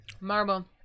Marble